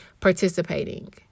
participating